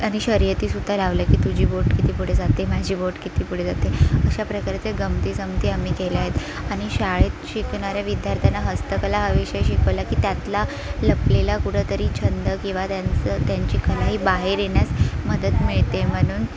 आणि शर्यती सुद्धा लावलं की तुझी बोट किती पुढे जाते माझी बोट किती पुढे जाते अशा प्रकारे त्या गमतीजमती आम्ही केल्यात आणि शाळेत शिकणाऱ्या विद्यार्थ्यांना हस्तकला हा विषय शिकवला की त्यातला लपलेला कुठंतरी छंद किंवा त्यांचं त्यांची कला ही बाहेर येण्यास मदत मिळते म्हणून